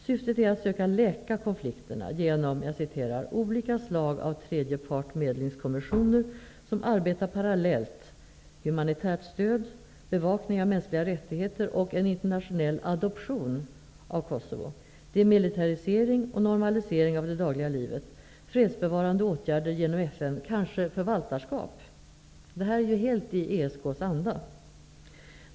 Syftet är att söka läka konflikterna genom ''olika slag av tredje partmedlingskommissioner, som arbetar parallellt, humanitärt stöd, bevakning av mänskliga rättigheter och en internationell ''adoption' av Kosovo, demilitarisering och normalisering av det dagliga livet, fredsbevarande åtgärder genom FN, kanske förvaltarskap --''. Detta är helt i ESK:s anda.